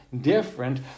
different